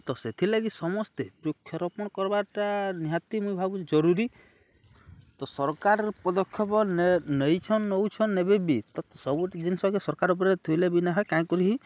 ତ ସେଥିଲାଗି ସମସ୍ତେ ବୃକ୍ଷରୋପଣ କର୍ବାଟା ନିହାତି ମୁଇଁ ଭାବୁଚ ଜରୁରୀ ତ ସରକାର ପଦକ୍ଷେପ ନେଇଛନ୍ ନଉଛନ୍ ନେବେବ ବି ତ ସବୁଟେ ଜିନିଷକେ ସରକାର ଉପରେ ଥୋଇଲେ ବି ନାହିଁ କାହିଁକ କରିି